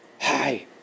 Hi